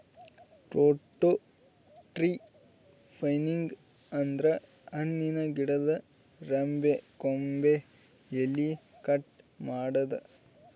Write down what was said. fruit tree pruning ಅಂದ್ರ ಹಣ್ಣಿನ್ ಗಿಡದ್ ರೆಂಬೆ ಕೊಂಬೆ ಎಲಿ ಕಟ್ ಮಾಡದ್ದ್